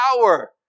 power